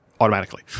Automatically